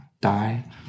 die